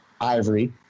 Ivory